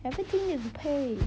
everything need to pay